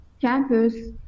campus